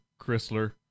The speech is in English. Chrysler